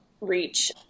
reach